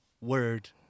word